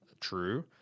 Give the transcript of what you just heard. True